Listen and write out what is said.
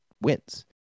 wins